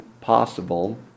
possible